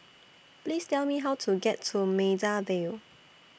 Please Tell Me How to get to Maida Vale